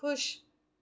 खुश